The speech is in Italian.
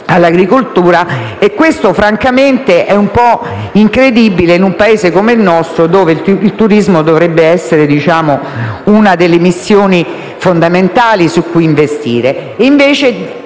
all'agricoltura. E questo, francamente, è un po' incredibile in un Paese come il nostro, dove il turismo dovrebbe essere una delle missioni fondamentali su cui investire.